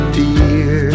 dear